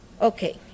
Okay